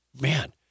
man